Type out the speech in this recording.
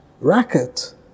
racket